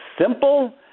simple